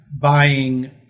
buying